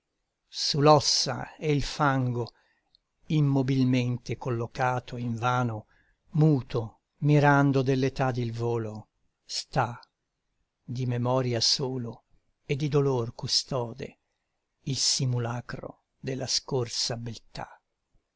su l'ossa e il fango immobilmente collocato invano muto mirando dell'etadi il volo sta di memoria solo e di dolor custode il simulacro della scorsa beltà